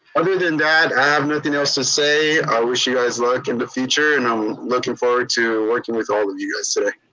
other than that i have nothing else to say. i wish you guys luck in the future, and i'm looking and forward to working with all of you guys today.